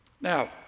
Now